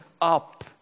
up